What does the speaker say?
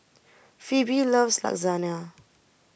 Phoebe loves Lasagna